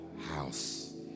house